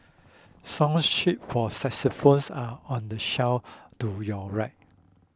song sheet for are on the shelf to your right